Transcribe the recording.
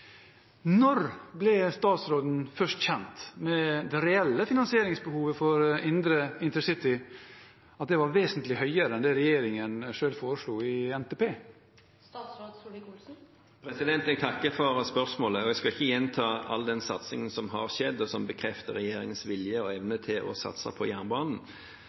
Når ble statsråden først kjent med at det reelle finansieringsbehovet for indre intercity var vesentlig høyere enn det regjeringen foreslo i NTP?» Jeg takker for spørsmålet, og jeg skal ikke gjenta all den satsingen som har vært, og som bekrefter regjeringens vilje og evne til å satse på jernbanen,